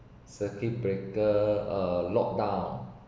circuit breaker uh locked down